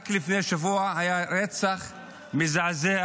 רק לפני שבוע היה רצח מזעזע